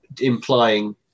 implying